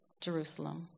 Jerusalem